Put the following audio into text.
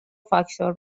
فاکتور